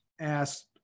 asked